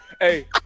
Hey